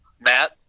Matt